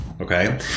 Okay